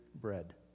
bread